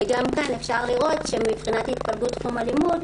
וגם כאן אפשר לראות שמבחינת התפלגות תחום הלימוד